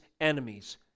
enemies